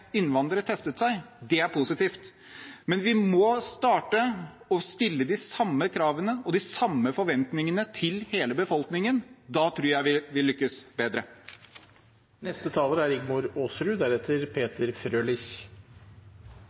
innvandrere testet seg. Det er positivt. Men vi må starte å stille de samme kravene og de samme forventningene til hele befolkningen. Da tror jeg vi vil lykkes